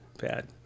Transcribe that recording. bad